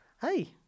Hey